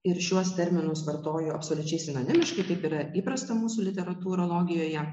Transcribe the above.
ir šiuos terminus vartoju absoliučiai sinonimiškai taip yra įprasta mūsų literatūrologijoje